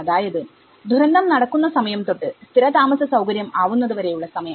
അതായത് ദുരന്തം നടക്കുന്ന സമയം തൊട്ട് സ്ഥിര താമസ സൌകര്യം ആവുന്നത് വരെയുള്ള സമയം